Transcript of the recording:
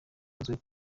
uzwi